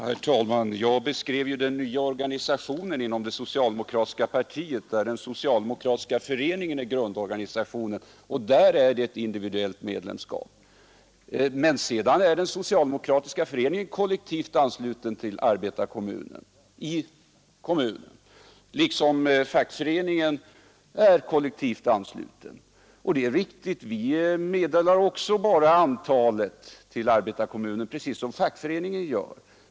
Herr talman! Jag beskrev ju den nya organisationen inom det socialdemokratiska partiet, där den socialdemokratiska föreningen är grundorganisationen. Där är medlemskapet individuellt. Men sedan är den socialdemokratiska föreningen kollektivt ansluten till arbetarkommunen, liksom fackföreningen är kollektivt ansluten. Vi meddelar också — det är riktigt — bara antalet medlemmar till arbetarkommunen, precis som fackföreningen gör.